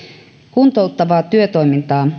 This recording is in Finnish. kuntouttavaa työtoimintaa